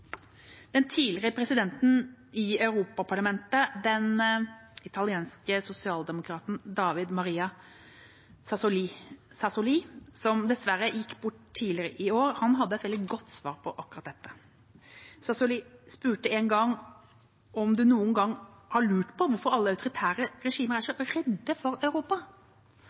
Den tidligere presidenten i Europaparlamentet, den italienske sosialdemokraten David Maria Sassoli, som dessverre gikk bort tidligere i år, hadde et veldig godt svar på det. Sassoli spurte en gang: Har du noen gang lurt på hvorfor alle autoritære regimer er så redde for Europa?